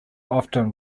often